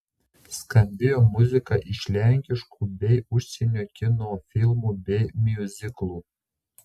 skambėjo muzika iš lenkiškų bei užsienio kino filmų bei miuziklų